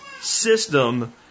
system